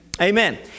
Amen